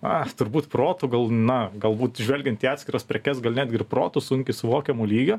a turbūt protu gal na galbūt žvelgiant į atskiras prekes gal netgi protu sunkiai suvokiamo lygio